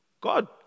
God